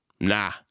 nah